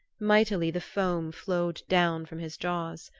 mightily the foam flowed down from his jaws.